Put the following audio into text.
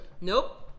Nope